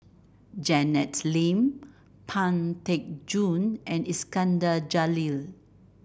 Janet Lim Pang Teck Joon and Iskandar Jalil